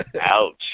Ouch